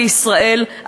בישראל,